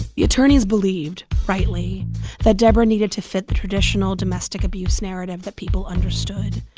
the attorneys believed rightly that debra needed to fit the traditional domestic abuse narrative that people understood.